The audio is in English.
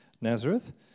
Nazareth